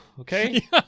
Okay